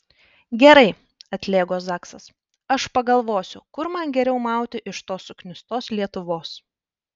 gerai atlėgo zaksas aš pagalvosiu kur man geriau mauti iš tos suknistos lietuvos